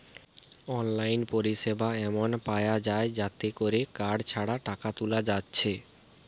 online পরিসেবা এমন পায়া যায় যাতে কোরে কার্ড ছাড়া টাকা তুলা যাচ্ছে